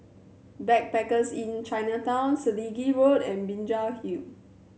Backpackers Inn Chinatown Selegie Road and Binjai Hill